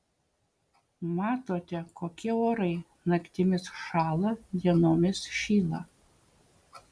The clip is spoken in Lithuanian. matote kokie orai naktimis šąla dienomis šyla